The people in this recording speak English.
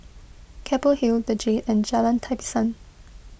Keppel Hill the Jade and Jalan Tapisan